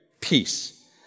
peace